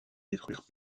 détruire